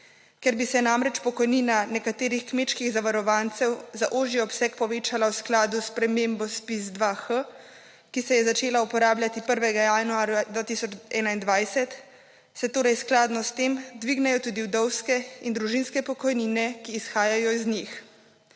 Ker bi se namreč pokojnina nekaterih kmečkih zavarovancev za ožji obseg povečala v skladu s spremembo ZPIZ-2H, ki se je začela uporabljati 1. januarja 2021, se torej skladno s tem dvignejo tudi vdovske in družinske pokojnine, ki izhajajo iz njih.